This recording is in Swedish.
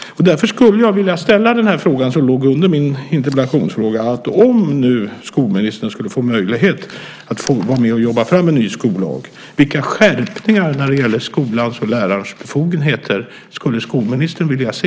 Därför skulle jag vilja ställa den fråga som låg bakom min interpellationsfråga: Om nu skolministern skulle få möjlighet att vara med och jobba fram en ny skollag, vilka skärpningar när det gäller skolans och lärarens befogenheter skulle skolministern vilja se?